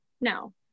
no